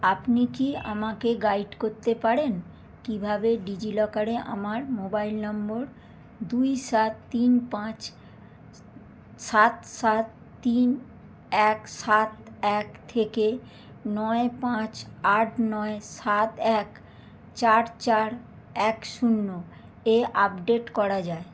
আপনি কি আমাকে গাইড করতে পারেন কীভাবে ডিজিলকারে আমার মোবাইল নম্বর দুই সাত তিন পাঁচ সাত সাত তিন এক সাত এক থেকে নয় পাঁচ আট নয় সাত এক চার চার এক শূন্য এ আপডেট করা যায়